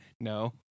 no